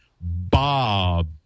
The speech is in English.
Bob